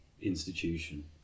institution